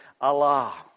Allah